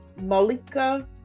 Malika